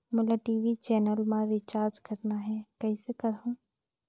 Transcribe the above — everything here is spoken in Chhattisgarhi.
मोला टी.वी चैनल मा रिचार्ज करना हे, कइसे करहुँ?